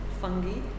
fungi